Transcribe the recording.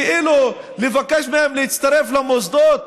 כאילו, לבקש מהם להצטרף למוסדות,